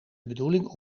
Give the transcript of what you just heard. bedoeling